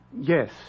Yes